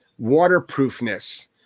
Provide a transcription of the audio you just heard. waterproofness